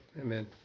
Amen